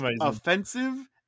offensive